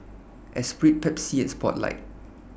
Espirit Pepsi and Spotlight